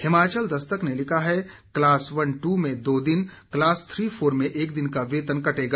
हिमाचल दस्तक ने लिखा है क्लास वन दू में दो दिन क्लास थ्री फोर में एक दिन का वेतन कटेगा